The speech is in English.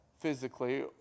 physically